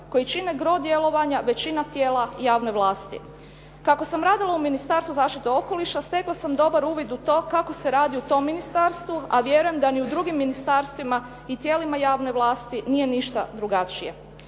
koji čine gro djelovanja većina tijela javne vlasti. Kako sam radila u Ministarstvu zaštite okoliša stekla sam dobar uvid u to kako se radi u tom ministarstvu, a vjerujem da ni u drugim ministarstvima i tijelima javne vlasti nije ništa drugačije,